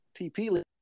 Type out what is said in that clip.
TP